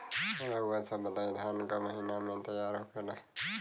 रउआ सभ बताई धान क महीना में तैयार होखेला?